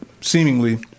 seemingly